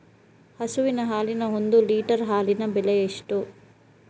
ಹಸುವಿನ ಹಾಲಿನ ಒಂದು ಲೀಟರ್ ಹಾಲಿನ ಬೆಲೆ ಎಷ್ಟು?